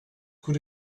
could